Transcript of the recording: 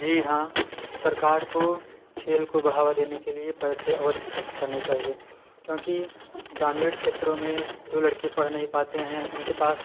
जी हाँ सरकार को खेल को बढ़ावा देने के लिए पैसे अवश्य खर्च करने चाहिए क्योंकि ग्रामीण क्षेत्रों में जो लड़के पढ़ नहीं पाते हैं उनके पास